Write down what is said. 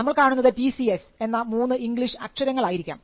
നമ്മൾ കാണുന്നത് ടിസിഎസ് എന്ന മൂന്ന് ഇംഗ്ലീഷ് അക്ഷരങ്ങൾ ആയിരിക്കാം